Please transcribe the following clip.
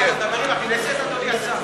מה, אתה מדבר עם הכנסת, אדוני השר?